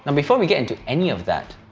and before we get into any of that,